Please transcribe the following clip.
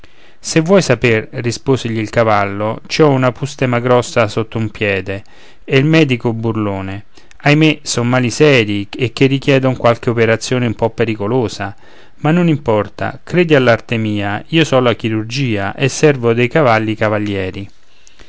se vuoi saper risposegli il cavallo ci ho una pustema grossa sotto un piede e il medico burlone ahimè son mali seri e che richiedon qualche operazione un po pericolosa ma non importa credi all'arte mia io so la chirurgia e servo dei cavalli cavalieri